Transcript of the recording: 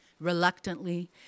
Reluctantly